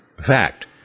Fact